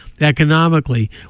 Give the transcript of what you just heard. economically